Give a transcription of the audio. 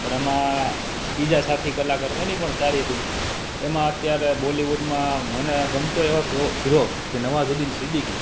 પણ એમાં બીજા સાથી કલાકારો એની પણ સારી હતી એમાં અત્યારે બોલીવુડમાં મને ગમતો એવો હીરો નવાઝુઉદ્દીન સિદ્દીકી